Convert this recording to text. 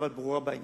אבל ברורה בעניין.